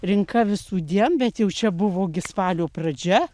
rinka visų dien bet jau čia buvo gi spalio pradžia